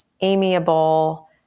amiable